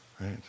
right